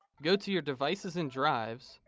go to your devices and drives,